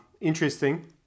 Interesting